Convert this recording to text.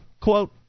Quote